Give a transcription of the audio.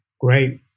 Great